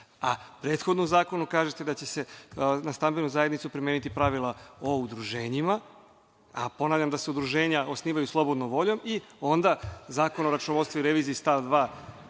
a prethodno u zakonu kažete da će se na stambenu zajednicu primeniti pravila o udruženjima, a ponavljam da se udruženja osnivaju slobodnom voljom, i onda Zakon o računovodstvu i reviziji stav 2.